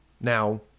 Now